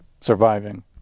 surviving